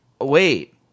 Wait